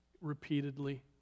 repeatedly